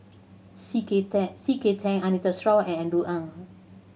C K C K Tang Anita Sarawak and Andrew Ang